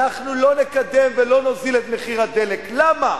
אנחנו לא נקדם ולא נוזיל את מחיר הדלק, למה?